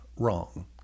Wrong